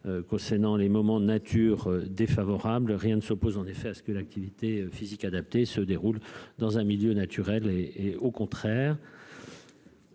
concernant les moments nature défavorable, rien ne s'oppose en effet à ce que l'activité physique adaptée, se déroule dans un milieu naturel et et au contraire.